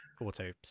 auto